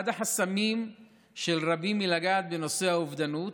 אחד החסמים של רבים מלגעת בנושא האובדנות